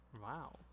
wow